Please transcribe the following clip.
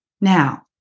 Now